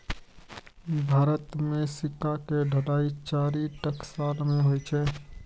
भारत मे सिक्का के ढलाइ चारि टकसाल मे होइ छै